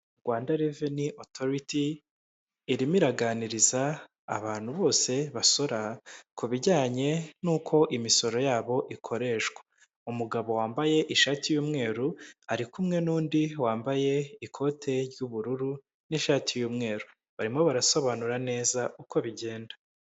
Rwanda Renue Authority irimo iraganiriza abantu bose basora ku bijyanye n'uko imisoro yabo ikoreshwa, umugabo wambaye ishati y'umweru ari kumwe n'undi wambaye ikote ry'ubururu n'ishati y'umweru, barimo barasobanura neza uko bigenda.